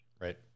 Right